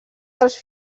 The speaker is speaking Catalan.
dels